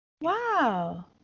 wow